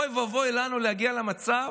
אוי ואבוי לנו אם נגיע למצב